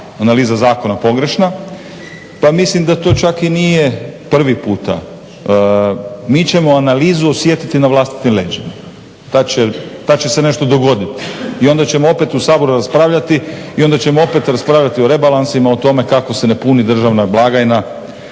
Analiza zakona pogrešna pa mislim da to čak i nije prvi puta. Mi ćemo analizu osjetiti na vlastitim leđima. Tad će se nešto dogoditi i onda ćemo opet u Saboru raspravljati i onda ćemo opet raspravljati o rebalansima, o tome kako se ne puni državna blagajna.